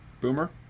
Boomer